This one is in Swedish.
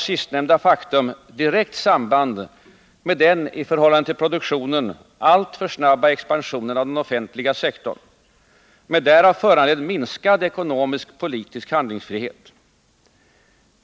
Sistnämnda faktum har direkt samband med den — i förhållande till produktionen — alltför snabba expansionen av den offentliga sektorn med därav föranledd minskad ekonomisk-politisk handlingsfrihet.